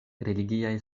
religiaj